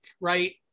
right